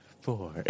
four